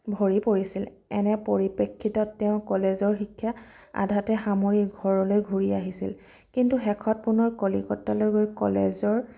ভৰি পৰিছিল এনে পৰিপ্ৰেক্ষিতত তেওঁ কলেজৰ শিক্ষা আধাতে সামৰি ঘৰলৈ ঘূৰি আহিছিল কিন্তু শেষত পুনৰ কলিকতালৈ গৈ কলেজৰ